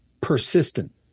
persistent